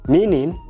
Meaning